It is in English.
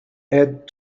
add